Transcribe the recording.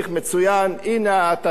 הנה התשר של כולנו.